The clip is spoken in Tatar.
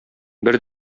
бер